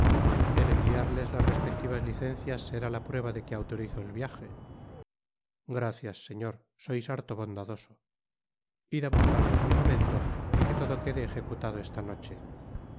el enviarles las respectivas licencias será la prueba de que autorizo et viaje gracias señor sois harto bondadoso id á buscarlos al momento y que todo quede ejecutado esta noche